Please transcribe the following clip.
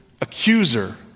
accuser